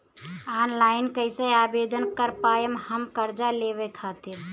Online कइसे आवेदन कर पाएम हम कर्जा लेवे खातिर?